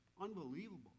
unbelievable